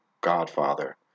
godfather